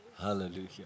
Hallelujah